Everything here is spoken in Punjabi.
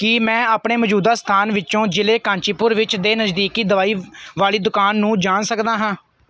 ਕੀ ਮੈਂ ਆਪਣੇ ਮੌਜੂਦਾ ਸਥਾਨ ਵਿੱਚੋਂ ਜ਼ਿਲ੍ਹੇ ਕਾਂਚੀਪੁਰ ਵਿੱਚ ਦੇ ਨਜ਼ਦੀਕੀ ਦਵਾਈ ਵਾਲੀ ਦੁਕਾਨ ਨੂੰ ਜਾਣ ਸਕਦਾ ਹਾਂ